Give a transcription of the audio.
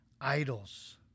idols